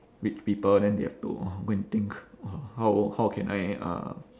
rich people then they have to go and think oh how how can I uh